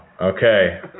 Okay